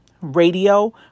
radio